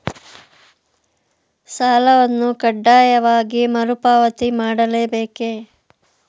ಸಾಲವನ್ನು ಕಡ್ಡಾಯವಾಗಿ ಮರುಪಾವತಿ ಮಾಡಲೇ ಬೇಕೇ?